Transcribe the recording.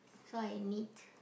so I need